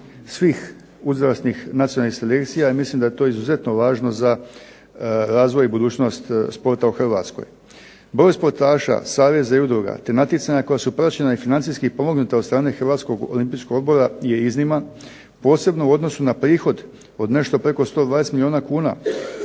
svih uzrasnih nacionalnih selekcija, i mislim da je to izuzetno važno za razvoj i budućnost sporta u Hrvatskoj. Broj sportaša, saveza i udruga, te natjecanja koja su praćena i financijski pomognuta od strane Hrvatskog olimpijskog odbora je izniman, posebno u odnosu na prihod od nešto preko …/Ne